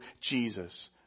Jesus